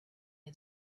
had